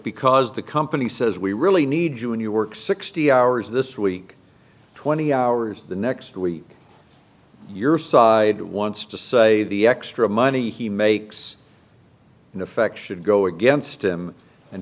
because the company says we really need you and you work sixty hours this week twenty hours the next week your side wants to say the extra money he makes in effect should go against him and